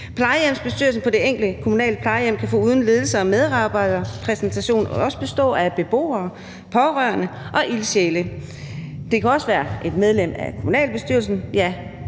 Plejehjemsbestyrelsen på det enkelte kommunale plejehjem kan foruden ledelses- og medarbejderrepræsentation også bestå af beboere, pårørende og ildsjæle. Det kan også være et medlem af kommunalbestyrelsen,